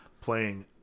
playing